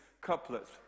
couplets